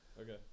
Okay